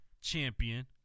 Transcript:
champion